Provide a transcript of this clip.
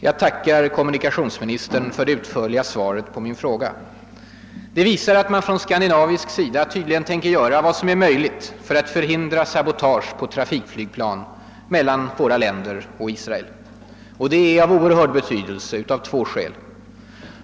Jag tackar kommunikationsministern för det utförliga svaret på min fråga. Det visar att man från skandinavisk sida tydligen tänker göra vad som är möjligt för att förhindra sabotage på trafikflygplan mellan våra länder och Israel. Det är av oerhörd betydelse av två skäl.